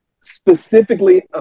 specifically